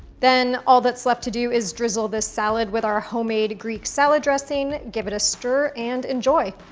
then, all that's left to do is drizzle this salad with our homemade greek salad dressing, give it a stir and enjoy.